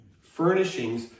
furnishings